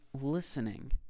listening